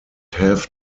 have